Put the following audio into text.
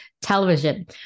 television